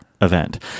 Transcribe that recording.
event